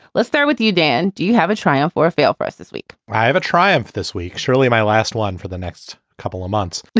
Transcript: let's start with you, dan. do you have a triumph or fail for us this week? i have a triumph this week. surely my last one for the next couple of months.